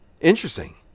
Interesting